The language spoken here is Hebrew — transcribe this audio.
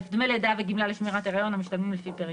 דמי לידה וגמלה לשמירת הריון המשתלמים לפי פרק